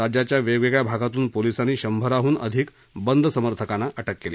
राज्याच्या वेगवेगळ्या भागातून पोलिसांनी शंभराहून अधिक बंद समर्थकांना अटक केली